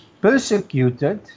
persecuted